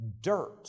dirt